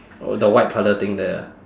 oh the white colour thing there ah